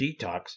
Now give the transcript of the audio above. detox